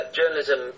journalism